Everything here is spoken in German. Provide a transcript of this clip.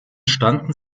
standen